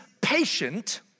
patient